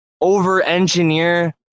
over-engineer